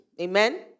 Amen